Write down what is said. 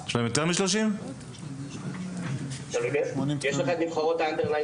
יש את נבחרות --- יש את הנבחרת עד גילאי